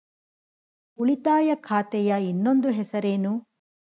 ಉಳಿತಾಯ ಖಾತೆಯ ಇನ್ನೊಂದು ಹೆಸರೇನು?